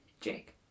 Jake